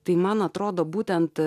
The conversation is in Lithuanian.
tai man atrodo būtent